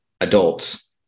adults